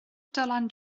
dylan